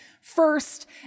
first